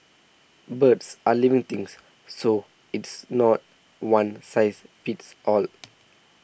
birds are living things so it's not one size fits all